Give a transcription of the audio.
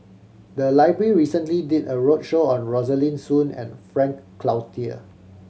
the library recently did a roadshow on Rosaline Soon and Frank Cloutier